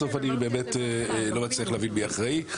בסוף אני באמת לא מצליח להבין מי אחראי.